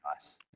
nice